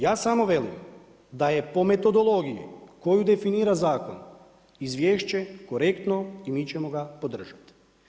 Ja samo velim da je po metodologiji koju definira zakon izvješće korektno i mi ćemo ga podržati.